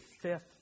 fifth